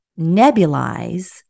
nebulize